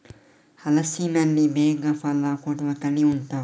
ಹಲಸಿನಲ್ಲಿ ಬೇಗ ಫಲ ಕೊಡುವ ತಳಿ ಉಂಟಾ